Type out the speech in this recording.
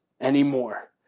anymore